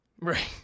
Right